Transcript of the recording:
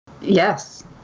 Yes